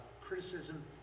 criticism